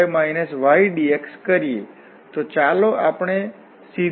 આ 3y22 છે અને પછી આપણી પાસે લિમિટ 0 થી 1 છે બીજું પણ ફક્ત 1 હશે